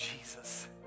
Jesus